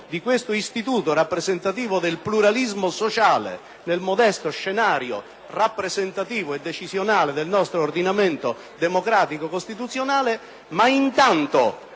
di questo istituto rappresentativo del pluralismo sociale nel modesto scenario rappresentativo e decisionale del nostro ordinamento democratico costituzionale, ma intanto